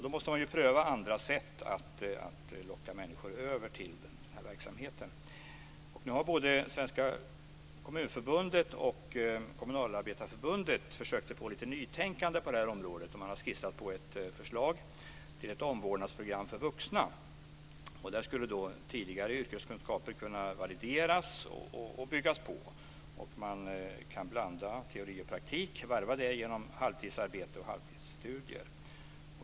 Då måste man pröva andra sätt att locka över människor till den här verksamheten. Nu har både Svenska Kommunförbundet och Kommunalarbetareförbundet försökt sig på lite nytänkande på det här området. Man har skissat på ett förslag till ett omvårdnadsprogram för vuxna. Där skulle tidigare yrkeskunskaper kunna valideras och byggas på. Man kan varva teori och praktik genom halvtidsarbete och halvtidsstudier.